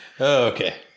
okay